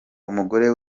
umugore